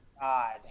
god